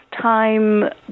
time